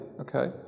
Okay